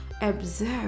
observe